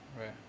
Right